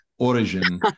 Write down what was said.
Origin